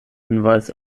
hinweis